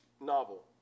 novel